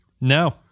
No